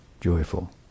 joyful